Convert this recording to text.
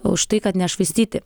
už tai kad nešvaistyti